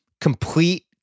complete